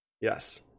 Yes